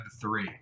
three